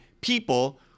people